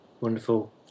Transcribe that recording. Wonderful